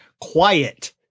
quiet